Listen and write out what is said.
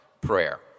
prayer